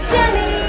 Jenny